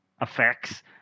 effects